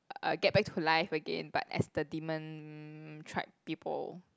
uh get back to life again but as the demon tribe people